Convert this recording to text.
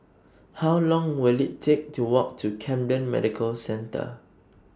How Long Will IT Take to Walk to Camden Medical Centre